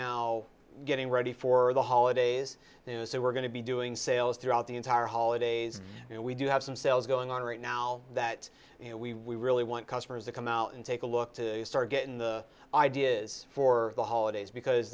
now getting ready for the holidays so we're going to be doing sales throughout the entire holidays and we do have some sales going on right now that you know we really want customers to come out and take a look to start getting the ideas for the holidays because